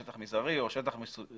שטח מזערי או שטח ספציפי,